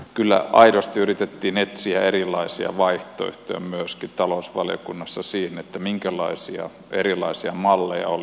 kyllä aidosti yritettiin etsiä erilaisia vaihtoehtoja myöskin talousvaliokunnassa siihen minkälaisia erilaisia malleja oli